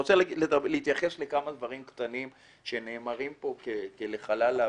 אני רוצה להתייחס לכמה דברים שנאמרו פה לחלל האוויר,